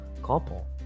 couple